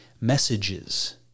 messages